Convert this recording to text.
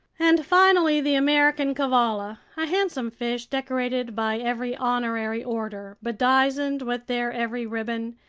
and finally the american cavalla, a handsome fish decorated by every honorary order, bedizened with their every ribbon,